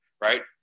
right